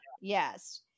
Yes